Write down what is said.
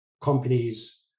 companies